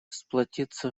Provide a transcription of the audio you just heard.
сплотиться